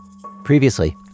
previously